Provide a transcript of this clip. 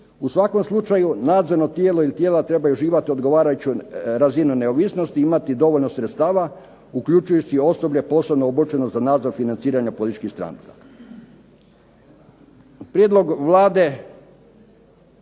u svakom slučaju nadzorno tijelo ili tijela trebaju uživat odgovarajuću razinu neovisnosti i imati dovoljno sredstava, uključujući osoblje posebno obučeno za nadzor financiranja političkih stranaka. Prijedlog Vlade